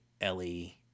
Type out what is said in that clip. Ellie